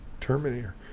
Terminator